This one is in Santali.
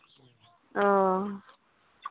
ᱚ